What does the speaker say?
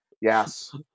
Yes